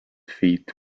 feet